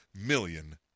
million